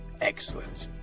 excellent.